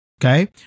Okay